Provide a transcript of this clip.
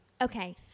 Okay